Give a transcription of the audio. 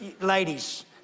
ladies